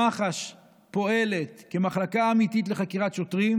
כשמח"ש פועלת כמחלקה אמיתית לחקירת שוטרים,